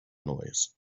noise